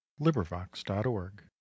LibriVox.org